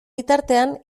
bitartean